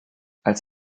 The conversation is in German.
als